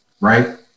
right